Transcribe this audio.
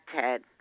Ted